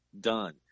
Done